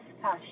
cash